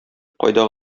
кайда